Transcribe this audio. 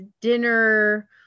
dinner